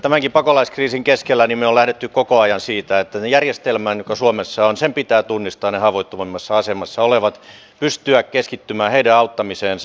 tämänkin pakolaiskriisin keskellä me olemme lähteneet koko ajan siitä että järjestelmän joka suomessa on pitää tunnistaa ne haavoittuvimmassa asemassa olevat pystyä keskittymään heidän auttamiseensa